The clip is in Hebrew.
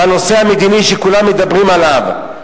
בנושא המדיני שכולם מדברים עליו,